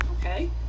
okay